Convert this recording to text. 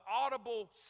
audible